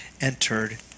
entered